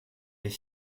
est